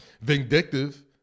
vindictive